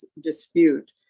dispute